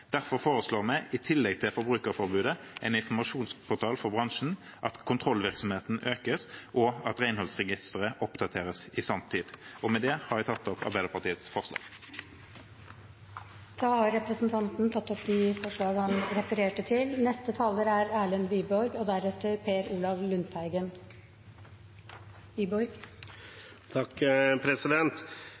Derfor foreslår vi – i tillegg til forbrukerforbudet – en informasjonsportal for bransjen, at kontrollvirksomheten økes, og at renholdsregisteret oppdateres i sanntid. Med det tar jeg opp Arbeiderpartiets forslag. Representanten Eigil Knutsen har tatt opp forslagene han refererte til. Kampen mot arbeidslivskriminalitet har høy prioritet for Fremskrittspartiet og regjeringen. Arbeidslivskriminalitet og useriøse aktører er